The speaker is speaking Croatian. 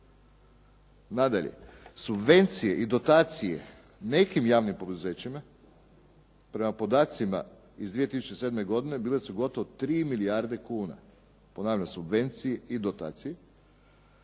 Nadalje, subvencije i dotacije nekim javnim poduzećima prema podacima iz 2007. godine bile su gotovo 3 milijarde kuna. Ponavljam subvencije i dotacije